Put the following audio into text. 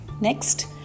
next